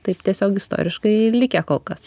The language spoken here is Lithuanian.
taip tiesiog istoriškai likę kol kas